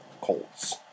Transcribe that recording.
Colts